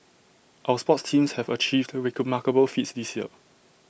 our sports teams have achieved remarkable feats this year